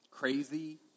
crazy